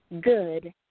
good